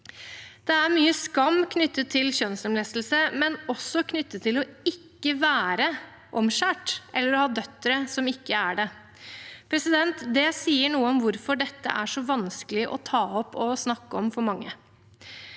Det er mye skam knyttet til kjønnslemlestelse, men også knyttet til å ikke være omskåret eller å ha døtre som ikke er det. Det sier noe om hvorfor dette er så vanskelig å ta opp og snakke om for mange.